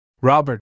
Robert